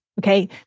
okay